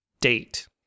date